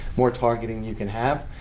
more targeting you can have.